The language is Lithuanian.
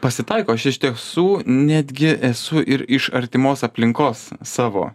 pasitaiko aš iš tiesų netgi esu ir iš artimos aplinkos savo